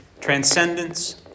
Transcendence